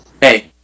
hey